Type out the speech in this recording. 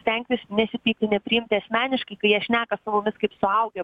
stengtis nesipykti nepriimti asmeniškai kai jie šneka su mumis kaip suaugę